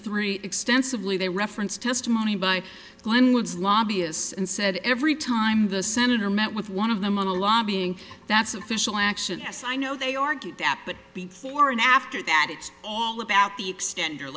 three extensively they referenced testimony by glenn wood's lobbyist's and said every time the senator met with one of them on a lobbying that's official action yes i know they argued that but before and after that it's all about the extend your